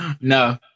no